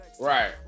right